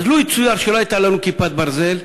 אז לו יצויר שלא הייתה לנו "כיפת ברזל",